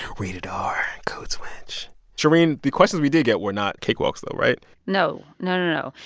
rated r code switch shereen, the questions we did get were not cakewalks, though. right? no. no, no, no.